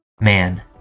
Man